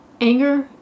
Anger